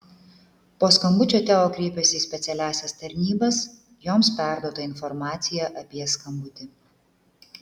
po skambučio teo kreipėsi ir į specialiąsias tarnybas joms perduota informacija apie skambutį